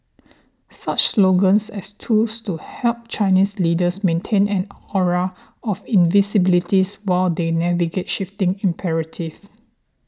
such slogans as tools to help Chinese leaders maintain an aura of invincibilities while they navigate shifting imperative